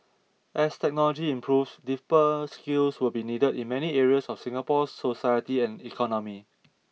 as technology improves deeper skills will be needed in many areas of Singapore's society and economy